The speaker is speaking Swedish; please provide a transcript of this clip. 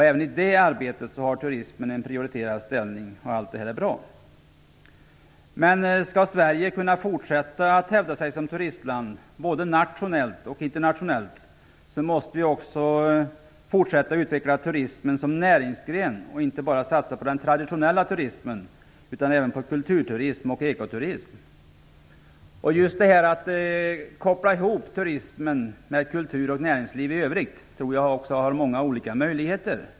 Även i det arbetet har turismen en prioriterad ställning. Allt detta är bra. Men skall Sverige kunna fortsätta att hävda sig som turistland både nationellt och internationellt måste vi fortsätta att utveckla turismen som näringsgren och inte bara satsa på den traditionella turismen utan även på kulturturism och ekoturism. Just detta att koppla ihop turismen med kultur och näringsliv i övrigt tror jag innebär många olika möjligheter.